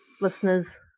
listeners